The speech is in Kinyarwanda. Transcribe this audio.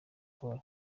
polly